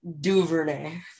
Duvernay